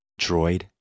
droid